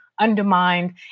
undermined